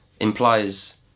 implies